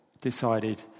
decided